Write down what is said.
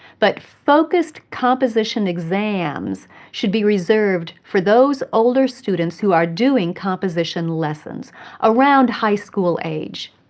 but focused composition exams should be reserved for those older students who are doing composition lessons around high school age.